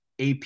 AP